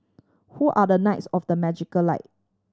who are the knights of the magical light